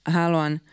haluan